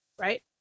Right